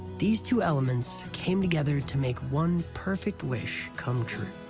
these two elements came together to make one perfect wish come true.